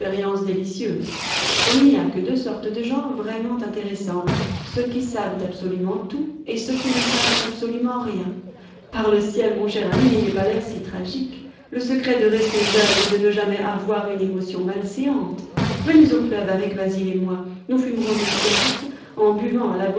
il n'y a que deux sortes de gens vraiment intéressants ceux qui savent absolument tout et ceux qui ne savent absolument rien par le ciel mon cher ami n'ayez pas l'air si tragique le secret de rester jeune est de ne jamais avoir une émotion malséante venez au club avec basil et moi nous fumerons des cigarettes en buvant à